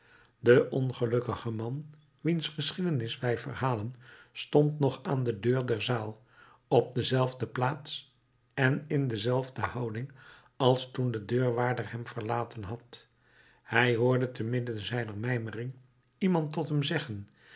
de ongelukkige man wiens geschiedenis wij verhalen stond nog aan de deur der zaal op dezelfde plaats en in dezelfde houding als toen de deurwaarder hem verlaten had hij hoorde te midden zijner mijmering iemand tot hem zeggen